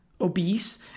obese